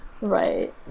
Right